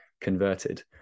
converted